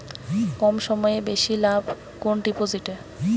কম সময়ে বেশি লাভ কোন ডিপোজিটে?